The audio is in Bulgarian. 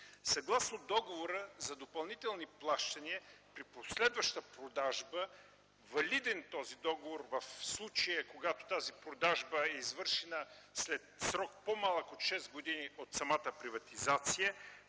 Съгласно договора за допълнителни плащания при последваща продажба, валиден този договор в случая, когато тази продажба е извършена след срок по-малък от шест години от самата приватизация,